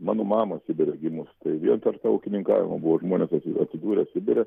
mano mama sibire gimus tai vėl per tą ūkininkavimą buvo žmonės ati atsidūrė sibire